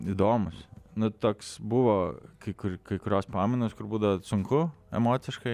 įdomus nu toks buvo kai kur kai kurios pamainos kur būdavo sunku emociškai